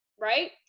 right